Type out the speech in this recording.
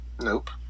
Nope